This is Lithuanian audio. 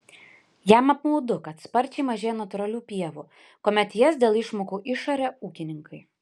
jam apmaudu kad sparčiai mažėja natūralių pievų kuomet jas dėl išmokų išaria ūkininkai